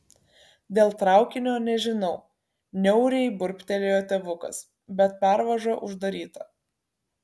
dėl traukinio nežinau niauriai burbtelėjo tėvukas bet pervaža uždaryta